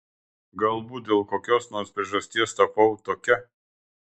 galbūt dėl kokios nors priežasties tapau tokia